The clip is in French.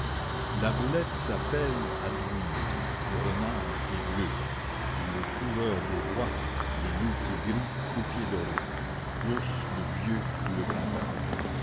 la belette s'appelle aduine le renard pied bleu ou le coureur des bois le loup pied gris ou pied doré l'ours le vieux ou le grand-père